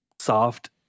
soft